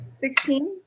Sixteen